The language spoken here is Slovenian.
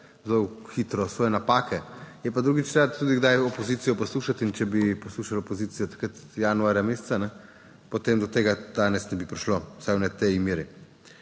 zelo hitro svoje napake. Je pa drugič treba tudi kdaj opozicijo poslušati in če bi poslušali opozicijo takrat januarja meseca, potem do tega danes ne bi prišlo, vsaj v ne tej meri.